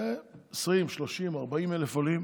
זה 20,000, 30,000, 40,000 עולים.